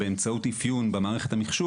באמצעות אפיון במערכת המחשוב,